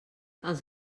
els